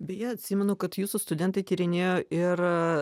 beje atsimenu kad jūsų studentai tyrinėjo ir